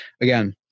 again